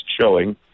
showing